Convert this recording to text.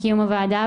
לקיום הוועדה,